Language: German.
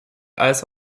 als